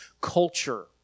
culture